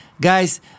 Guys